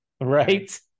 Right